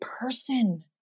person